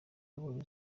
yabonye